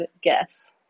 guess